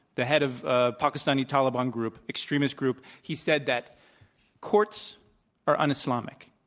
the head of ah pakistani taliban group, extremist group. he said that courts are un-islamic.